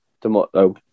tomorrow